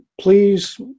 please